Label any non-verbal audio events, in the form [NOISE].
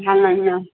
ভাল [UNINTELLIGIBLE]